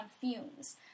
fumes